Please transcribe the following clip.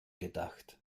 gedacht